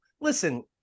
listen